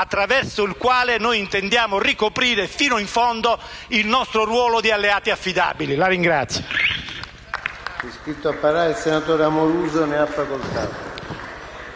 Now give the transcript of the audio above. attraverso il quale noi intendiamo ricoprire fino in fondo il nostro ruolo di alleati affidabili. *(Applausi